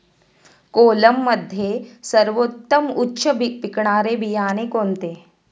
कोलममध्ये सर्वोत्तम उच्च पिकणारे बियाणे कोणते?